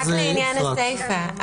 לעניין הסיפא,